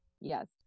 Yes